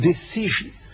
decision